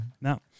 No